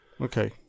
Okay